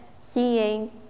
seeing